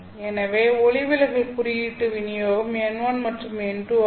எனவே ஒளிவிலகல் குறியீட்டு விநியோகம் n1 மற்றும் n2 ஆகும்